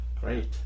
Great